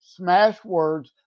Smashwords